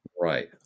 Right